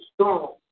strong